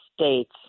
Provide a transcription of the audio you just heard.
States